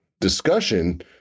discussion